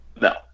No